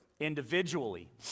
individually